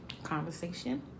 conversation